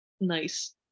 nice